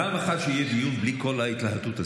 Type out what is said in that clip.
פעם אחת שיהיה דיון בלי כל ההתלהטות הזאת.